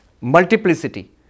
Multiplicity